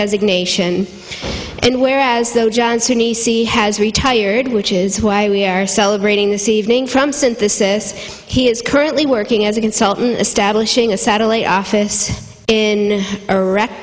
designation and whereas the john sunni sea has retired which is why we are celebrating this evening from synthesis he is currently working as a consultant establishing a satellite office in